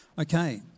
Okay